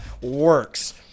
works